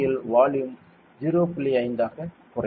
5 ஆக குறையும்